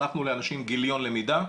שלחנו לאנשים גיליון למידה.